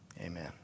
amen